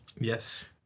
yes